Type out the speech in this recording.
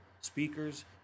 speakers